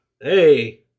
Hey